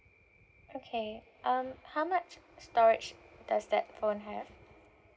okay um how much storage does that phone have